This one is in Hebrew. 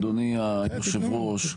אדוני היושב-ראש,